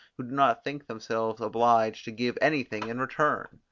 who do not think themselves obliged to give anything in return.